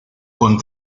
con